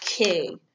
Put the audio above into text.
Okay